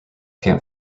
camp